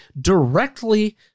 directly